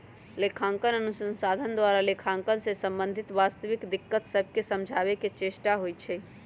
लेखांकन अनुसंधान द्वारा लेखांकन से संबंधित वास्तविक दिक्कत सभके समझाबे के चेष्टा होइ छइ